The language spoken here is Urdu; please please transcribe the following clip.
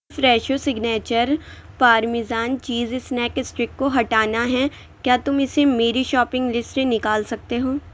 Fresho signature parmesan cheese snack stick کو ہٹانا ہے کیا تم اسے میری شوپنگ لیسٹ سے نکال سکتے ہو